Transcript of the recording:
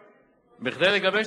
זה לא עסקה